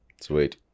Sweet